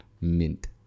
Mint